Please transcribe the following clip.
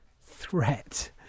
threat